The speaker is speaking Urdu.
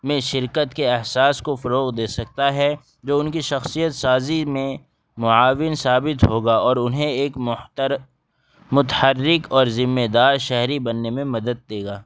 میں شرکت کے احساس کو فروغ دے سکتا ہے جو ان کی شخصیت سازی میں معاون ثابت ہوگا اور انہیں ایک محتر متحرک اور ذمےدار شہری بننے میں مدد دے گا